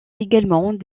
également